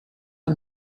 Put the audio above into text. een